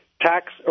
tax